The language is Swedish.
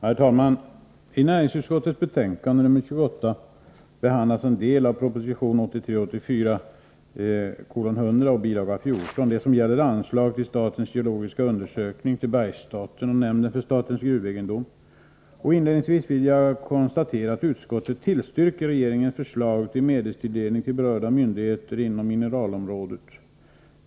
Herr talman! I näringsutskottets betänkande nr 28 behandlas den del av proposition 1983/84:100 bil. 14 som gäller anslag till Sveriges geologiska undersökning, SGU, bergstaten och nämnden för statens gruvegendom, NSG. Inledningsvis vill jag konstatera att utskottet tillstyrker regeringens förslag om medelstilldelning till berörda myndigheter inom mineralområdet.